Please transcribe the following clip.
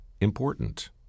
important